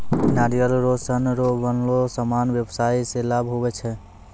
नारियल रो सन रो बनलो समान व्याबसाय मे लाभ हुवै छै